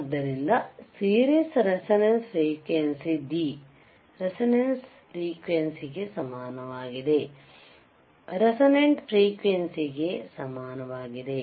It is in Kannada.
ಆದ್ದರಿಂದ series resonance frequency D resonance frequency ಗೆ ಸಮಾನವಾಗಿದೆ ರೇಸೋನೆಂಟ್ ಫ್ರೀಕ್ವೆಂಸಿ ಗೆ ಸಮಾನವಾಗಿದೆ